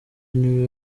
niwe